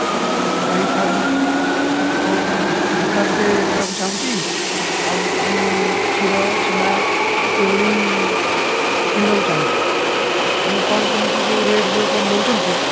ଗାଈ ଫାର୍ମ୍ ଅଛି ଆଉ ମୁଁ ଗୋଟେ ଦୋକାନଟେ ଦେବାକୁ ଚାହୁଁଛି ଆଉ କିଛି କ୍ଷୀର ଛେନା ଏଭଳି କିଣିବାକୁ ଚାହୁଁଛି ତେଣୁ କ'ଣ କେମିତି ଯେଉଁ ରେଟ୍ ଯେଉଁ ଆପଣ ନେଉଛନ୍ତି